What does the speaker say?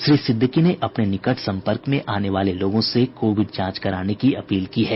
श्री सिद्दिकी ने अपने निकट संपर्क में आने वाले लोगों से कोविड जांच कराने की अपील की है